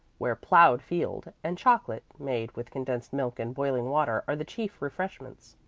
where plowed field and chocolate made with condensed milk and boiling water are the chief refreshments,